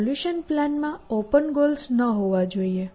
solution પ્લાનમાં open goals ન હોવા જોઈએ